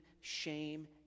shame